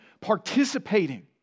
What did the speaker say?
participating